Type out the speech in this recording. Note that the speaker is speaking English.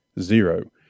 zero